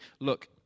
look